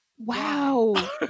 Wow